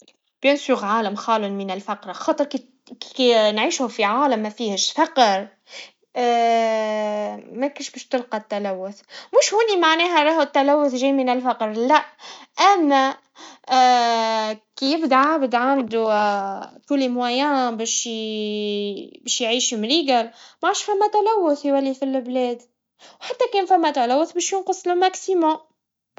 بكل تأكيد عالم خال من الفقر, خاطر كيك- كي نعيشو في عالم مفيهش فقر, مكنش باش تلقى التلوث, مش هوني معناها راهي التلوث جاي من الفقر, أما كيف داف داف دو بكل الطرق باش يعيشو مليجال, معاش في تلوث يلوي البلاد, حتى كان ثما تلوث باش ينقص للحد الأقصى